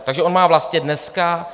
Takže on má vlastně dneska...